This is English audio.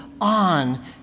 on